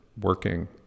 working